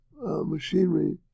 machinery